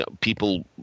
People